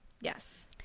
yes